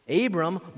Abram